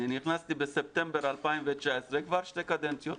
אני נכנסתי בספטמבר 2019, כבר שתי קדנציות.